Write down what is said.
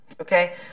Okay